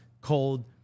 cold